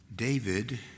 David